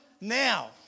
now